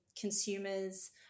consumers